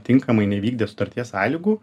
tinkamai nevykdė sutarties sąlygų